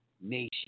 nation